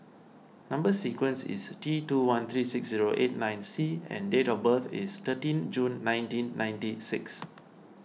Number Sequence is T two one three six zero eight nine C and date of birth is thirteen June nineteen ninety six